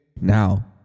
now